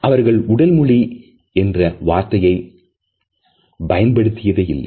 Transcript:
அவர்கள் உடல் மொழி என்ற வார்த்தையை பயன்படுத்தியதே இல்லை